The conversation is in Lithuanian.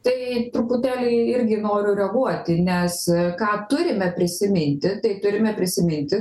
tai truputėlį irgi noriu reaguoti nes ką turime prisiminti tai turime prisiminti